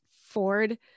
Ford